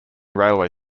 railway